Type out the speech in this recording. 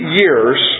years